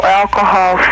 alcohol